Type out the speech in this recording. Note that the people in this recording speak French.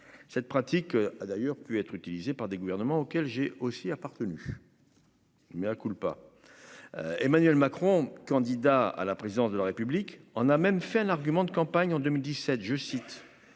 cette pratique a d'ailleurs pu être utilisé par des gouvernements auxquels j'ai aussi appartenu. Mea culpa, Emmanuel Macron, candidat à la présidence de la République en a même fait un argument de campagne en 2017, je cite,